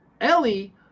ellie